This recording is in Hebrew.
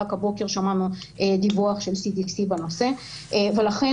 רק הבוקר שמענו דיווח של CDC בנושא ולכן